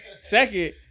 Second